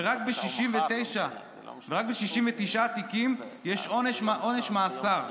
ורק ב-69 תיקים יש עונש מאסר,